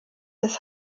des